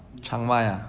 chiangmai ah